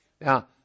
Now